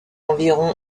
environ